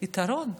יתרון,